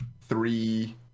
three